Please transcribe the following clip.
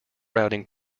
routing